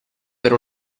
per